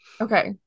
Okay